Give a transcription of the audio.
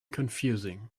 confusing